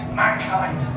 mankind